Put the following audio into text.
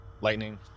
lightning